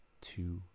two